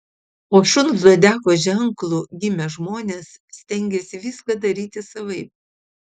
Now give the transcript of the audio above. po šuns zodiako ženklu gimę žmonės stengiasi viską daryti savaip